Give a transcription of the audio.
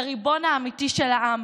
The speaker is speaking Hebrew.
כריבון האמיתי של העם,